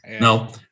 no